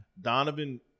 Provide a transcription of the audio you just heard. Donovan